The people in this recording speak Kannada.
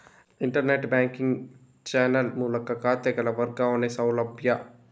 ಇಂಟರ್ನೆಟ್ ಬ್ಯಾಂಕಿಂಗ್ ಚಾನೆಲ್ ಮೂಲಕ ಖಾತೆಗಳ ವರ್ಗಾವಣೆಯ ಸೌಲಭ್ಯ